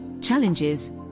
challenges